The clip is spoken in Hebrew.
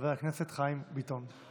חבר הכנסת חיים ביטון.